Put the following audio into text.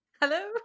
Hello